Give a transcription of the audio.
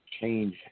change